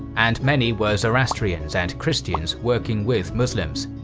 and many were zoroastrians and christians working with muslims.